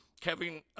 Kevin